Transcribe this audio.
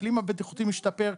האקלים הבטיחותי משתפר,